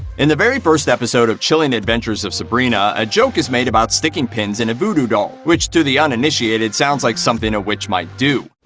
in the very first episode of chilling adventures of sabrina, a joke is made about sticking pins in a voodoo doll, which to the uninitiated sounds like something a witch might do.